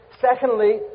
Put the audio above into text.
Secondly